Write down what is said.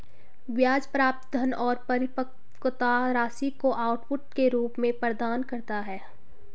ब्याज प्राप्त धन और परिपक्वता राशि को आउटपुट के रूप में प्रदान करता है